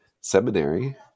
seminary